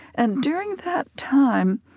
and during that time,